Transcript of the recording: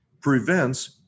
prevents